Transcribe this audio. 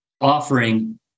offering